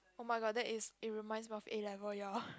oh-my-god that is it reminds of A-levels ya